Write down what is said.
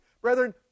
Brethren